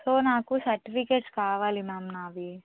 so నాకు certificates కావాలి ma'am నావి